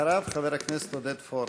אחריו, אחריו חבר הכנסת עודד פורר.